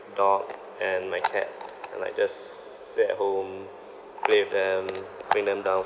dog and my cat like just stay at home play with them bring them down